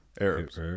Arabs